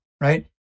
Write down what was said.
right